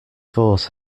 force